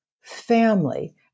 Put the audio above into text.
family